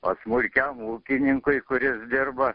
o smulkiam ūkininkui kuris dirba